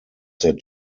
that